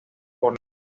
por